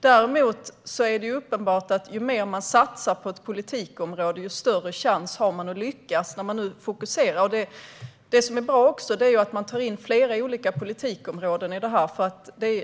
Däremot är det uppenbart att ju mer man satsar på ett politikområde desto större chans har man att lyckas när man nu fokuserar. Det som är bra också är att man tar in flera olika politikområden i det här.